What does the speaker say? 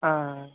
ಹಾಂ